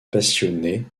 passionné